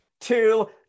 Two